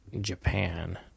Japan